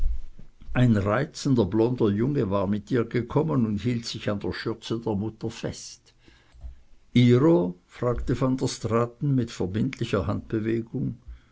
ein reizender blonder junge war mit ihr gekommen und hielt sich an der schürze der mutter fest ihre fragte van der straaten mit verbindlicher handbewegung